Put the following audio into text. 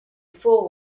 fool